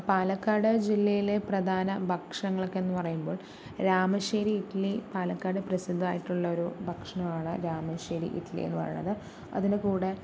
പാലക്കാട് ജില്ലയിലെ പ്രധാന ഭക്ഷണങ്ങളൊക്കെയെന്ന് പറയുമ്പോൾ രാമശ്ശേരി ഇഡ്ഡലി പാലക്കാട് പ്രസിദ്ധമായിട്ടുള്ളൊരു ഭക്ഷണമാണ് രാമശ്ശേരി ഇഡ്ഡലി എന്ന് പറയുന്നത് അതിന് കൂടെ